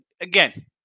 again